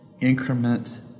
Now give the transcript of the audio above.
increment